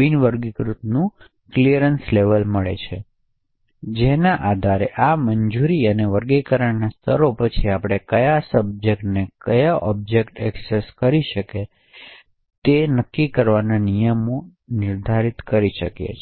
બિનવર્ગીકૃતનું clearance level મળે છે જેના આધારે આ મંજૂરી અને વર્ગીકરણના સ્તરો પછી આપણે કયા સબ્જેક્ટને ઓબ્જેક્ટ એક્સેસ કરી શકે છે તે નક્કી કરવા નિયમો નિર્ધારિત કરી શકીએ છીએ